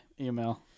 email